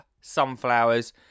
sunflowers